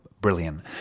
brilliant